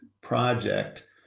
project